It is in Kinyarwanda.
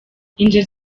inzozi